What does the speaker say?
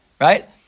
right